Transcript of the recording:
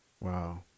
Wow